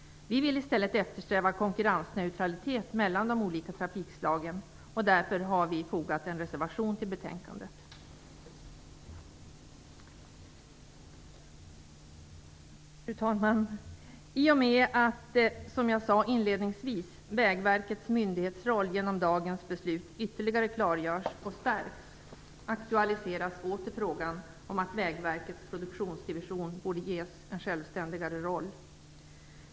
Vi vill i stället eftersträva konkurrensneutralitet mellan de olika trafikslagen, och därför har vi fogat en reservation till betänkandet. I och med att, som jag sade inledningsvis, Vägverkets myndighetsroll genom dagens beslut ytterligare klargörs och stärks, aktualiseras åter frågan om att Vägverkets produktionsdivision borde ges en självständigare roll.